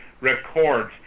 records